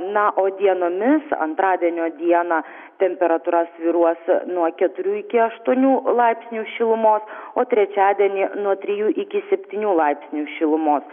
na o dienomis antradienio dieną temperatūra svyruos nuo keturių iki aštuonių laipsnių šilumos o trečiadienį nuo trijų iki septynių laipsnių šilumos